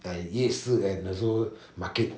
ya 夜市 and also market